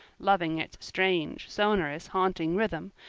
loving its strange, sonorous, haunting rhythm,